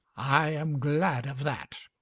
i am glad of that.